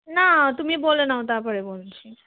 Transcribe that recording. না তুমি বলে নাও তারপরে বলছি